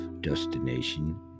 destination